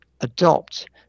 adopt